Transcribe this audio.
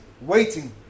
waiting